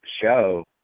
show